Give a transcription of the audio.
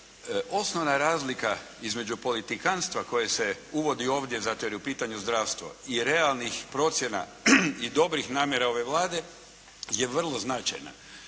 osnovna je razlika između politikantstva koje se uvodi ovdje zato jer je u pitanju zdravstvo i realnih procjena i dobrih namjera ove Vlade je vrlo značajna.